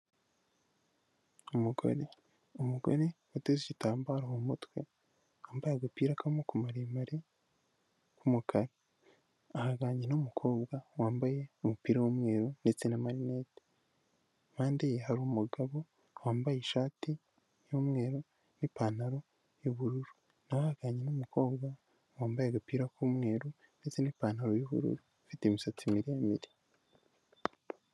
Umugore, umugore wateze igitambaro mu mutwe wambaye agapira k'umuboko maremare k'umukara, ahanganye n'umukobwa wambaye umupira w'umweru ndetse na marinete, impande ye hari umugabo wambaye ishati y'umweru n'ipantaro y'ubururu, nawe ahagararanye n'umukobwa wambaye agapira k'umweru ndetse n'ipantaro y'ubururu ufite imisatsi miremire.